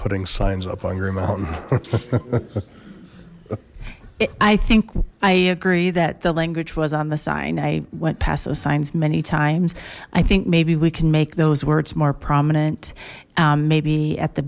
putting signs up on grima i think i agree that the language was on the sign i went past those signs many times i think maybe we can make those words more prominent maybe at the